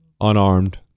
Unarmed